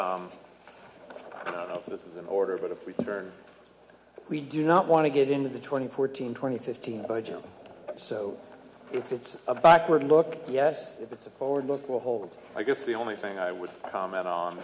yes this is an order but a free we do not want to get into the twenty fourteen twenty fifteen budget so if it's a backward look yes if it's a poll or look will hold i guess the only thing i would comment on